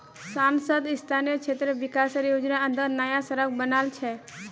सांसद स्थानीय क्षेत्र विकास योजनार अंतर्गत नया सड़क बनील छै